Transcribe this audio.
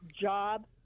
job